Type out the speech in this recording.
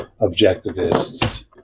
objectivists